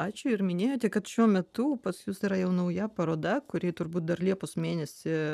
ačiū ir minėjote kad šiuo metu pas jus yra jau nauja paroda kuri turbūt dar liepos mėnesį